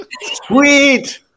sweet